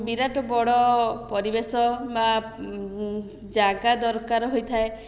ବିରାଟ ବଡ଼ ପରିବେଶ ବା ଜାଗା ଦରକାର ହୋଇଥାଏ